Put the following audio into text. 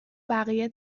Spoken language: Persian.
بقیه